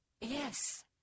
Yes